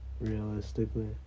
realistically